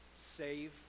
save